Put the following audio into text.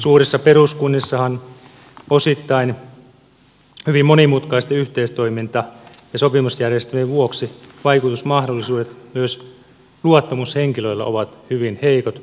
suurissa peruskunnissahan osittain hyvin monimutkaisten yhteistoiminta ja sopimusjärjestelyjen vuoksi vaikutusmahdollisuudet myös luottamushenkilöillä ovat hyvin heikot